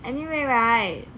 anyway right